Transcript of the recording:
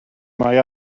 mae